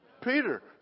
Peter